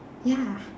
ya